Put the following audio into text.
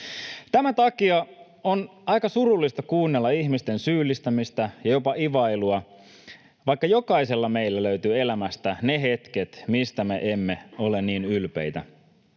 Tämän takia on aika surullista kuunnella ihmisten syyllistämistä ja jopa ivailua, vaikka jokaisella meistä löytyy elämästä ne hetket, joista me emme ole niin ylpeitä.